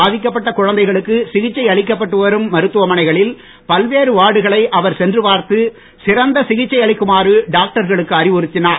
பாதிக்கப்பட்ட குழந்தைகளுக்கு சிகிச்சை அளிக்கப்பட்டு வரும் மருத்துவமனைகளில் பல்வேறு வார்டுகளை அவர் சென்று பார்த்து சிறந்த சிகிச்சை அளிக்குமாறு டாக்டர்களுக்கு அறிவுறுத்தினார்